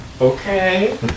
Okay